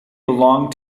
belong